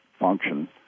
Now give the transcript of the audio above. function